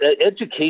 education